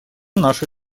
наша